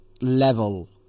level